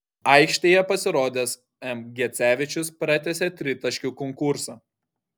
aikštėje pasirodęs m gecevičius pratęsė tritaškių konkursą